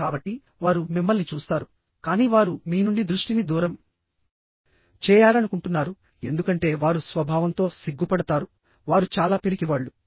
కాబట్టి వారు మిమ్మల్ని చూస్తారు కానీ వారు మీ నుండి దృష్టిని దూరం చేయాలనుకుంటున్నారు ఎందుకంటే వారు స్వభావంతో సిగ్గుపడతారు వారు చాలా పిరికివాళ్ళు